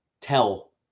tell